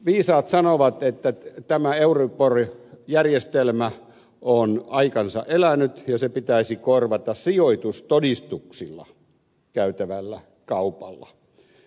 viisaat sanovat että tämä euribor järjestelmä on aikansa elänyt ja se pitäisi korvata sijoitustodistuksilla käytävällä kaupalla